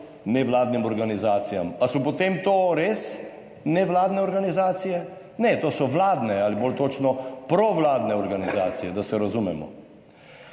nevladnim organizacijam. Ali so potem to res nevladne organizacije? Ne, to so vladne ali bolj točno provladne organizacije, da se razumemo.